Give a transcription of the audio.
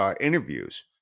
interviews